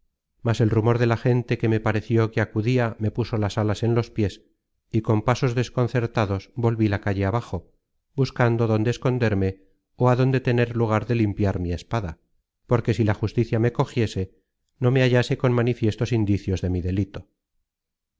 search generated at de la gente que me pareció que acudia me puso alas en los piés y con pasos desconcertados volví la calle abajo buscando dónde esconderme ó adónde tener lugar de limpiar mi espada porque si la justicia me cogiese no me hallase con manifiestos indicios de mi delito